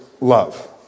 love